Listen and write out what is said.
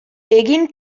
egin